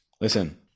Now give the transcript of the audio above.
Listen